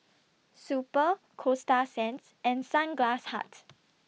Super Coasta Sands and Sunglass Hut